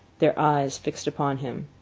their eyes fixed upon him.